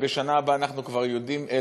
ובשנה הבאה אנחנו כבר יודעים,